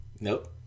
Nope